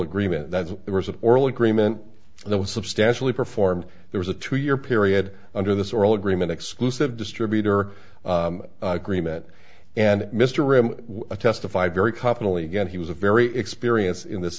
agreement that there was an oral agreement that was substantially performed there was a two year period under this oral agreement exclusive distributor agreement and mr rim testify very confidently again he was a very experience in this